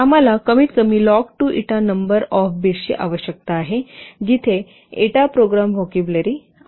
आम्हाला कमीतकमी लॉग2 एटा नंबर ऑफ बिट्सची आवश्यक आहे जिथे एटा प्रोग्राम व्होकॅब्युलरी आहे